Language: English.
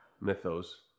mythos